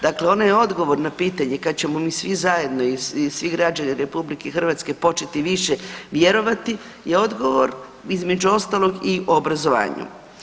Dakle, onaj odgovor na pitanje kad ćemo mi svi zajedno i svi građani RH početi više vjerovati je odgovor između ostalog i u obrazovanju.